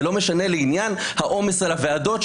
זה לא משנה לעניין העומס על הוועדות,